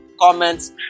comments